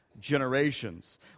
generations